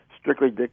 strictly